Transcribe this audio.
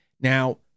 now